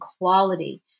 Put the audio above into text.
quality